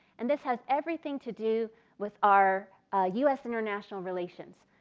and this has everything to do with our u s. international relations.